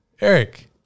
Eric